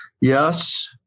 Yes